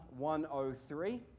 103